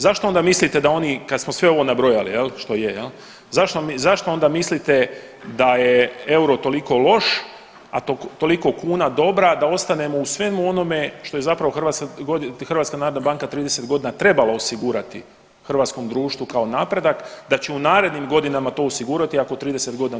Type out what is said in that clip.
Zašto onda mislite da oni kad smo sve ovo nabrojali jel što je jel, zašto onda mislite da je euro toliko loš, a toliko kuna dobra da ostanemo u svemu onome što je zapravo HNB 30 godina trebala osigurati hrvatskom društvu kao napredak da će u narednim godinama to osigurati ako 30 godina to nisu osigurali.